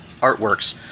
artworks